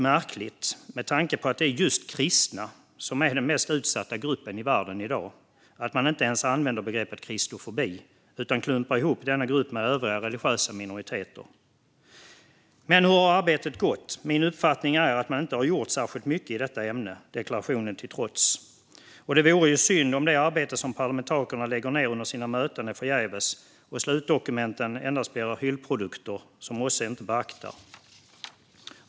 Med tanke på att det är just kristna som är den mest utsatta religiösa gruppen i världen i dag känns det något märkligt att man inte ens använder begreppet kristofobi utan klumpar ihop denna grupp med "övriga religiösa minoriteter". Men hur har arbetet gått? Min uppfattning är att man inte gjort särskilt mycket i detta ämne, deklarationen till trots. Det vore synd om det arbete som parlamentarikerna lägger ned under sina möten var förgäves och slutdokumenten endast blev hyllprodukter som OSSE inte beaktar.